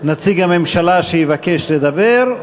נציג הממשלה שיבקש לדבר,